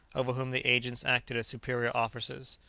over whom the agents acted as superior officers.